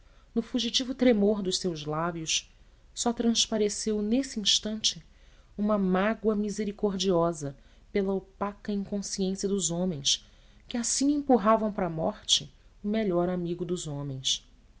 no fugitivo tremor dos seus lábios só transpareceu nesse instante uma mágoa misericordiosa pela opaca inconsciência dos homens que assim empurravam para a morte o melhor amigo dos homens